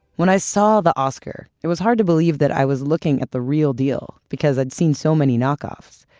when i saw the oscar, it was hard to believe that i was looking at the real deal, because i'd seen so many knockoffs.